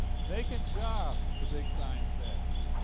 vacant jobs, the big sign says,